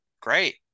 Great